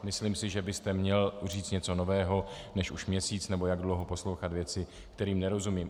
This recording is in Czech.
Myslím si, že byste měl říct něco nového, než už měsíc, nebo jak dlouho, poslouchat věci, kterým nerozumím.